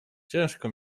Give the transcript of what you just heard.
ciężko